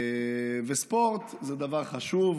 ספורט זה דבר חשוב,